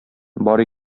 бар